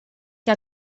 que